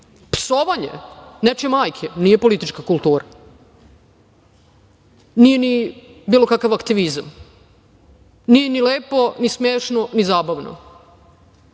podseća. Psovanje nečije majke, nije politička kultura, nije ni bilo kakav aktivizam, nije ni lepo, ni smešno, ni zabavno.